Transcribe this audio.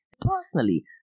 Personally